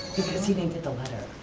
because he didn't get the letter. oh,